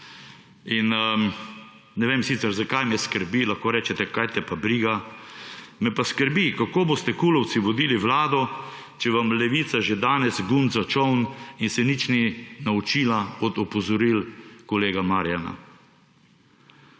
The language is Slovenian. In ne vem sicer, zakaj me skrbi – lahko rečete, kaj te pa briga –, me pa skrbi, kako boste Kulovci vodili vlado, če vam Levica že danes gunca čoln in se nič ni naučila od opozoril kolega Marjana.